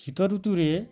ଶୀତ ଋତୁରେ